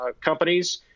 companies